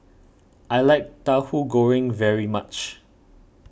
I like Tahu Goreng very much